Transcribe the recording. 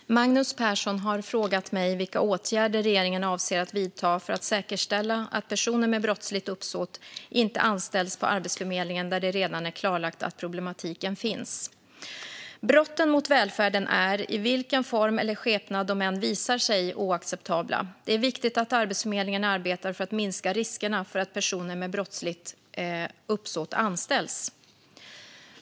Fru talman! Magnus Persson har frågat mig vilka åtgärder regeringen avser att vidta för att säkerställa att personer med brottsligt uppsåt inte anställs på Arbetsförmedlingen, där det redan är klarlagt att problematiken finns. Brotten mot välfärden är, i vilken form eller skepnad de än visar sig, oacceptabla. Det är viktigt att Arbetsförmedlingen arbetar för att minska riskerna för att personer med brottsligt uppsåt anställs.